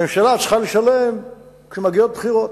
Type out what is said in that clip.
הממשלה צריכה לשלם כשמגיעות בחירות.